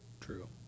true